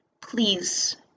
Please